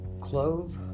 Clove